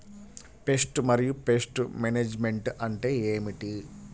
Pest మరియు pest management అంటే ఏమిటి?